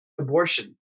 Abortion